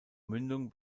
mündung